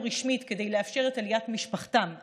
רשמית כדי לאפשר את עליית משפחתם ארצה,